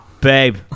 Babe